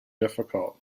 difficult